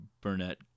Burnett